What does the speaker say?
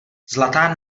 zlatá